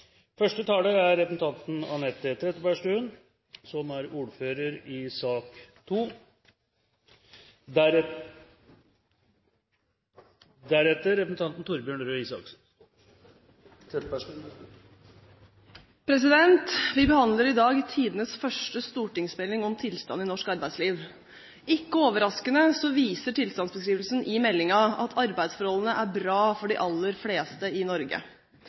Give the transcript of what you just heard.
første stortingsmelding om tilstanden i norsk arbeidsliv. Ikke overraskende viser tilstandsbeskrivelsen i meldingen at arbeidsforholdene er bra for de aller fleste i Norge.